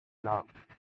love